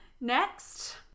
Next